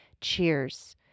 Cheers